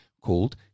called